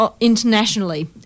internationally